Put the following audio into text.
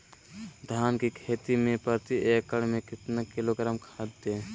धान की खेती में प्रति एकड़ में कितना किलोग्राम खाद दे?